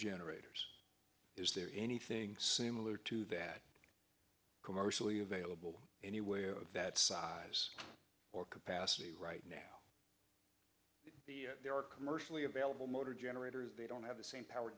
generators is there anything similar to that commercially available anywhere that size or capacity right now are commercially available motor generator they don't have the same power